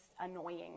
annoying